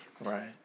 Right